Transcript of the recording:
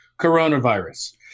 coronavirus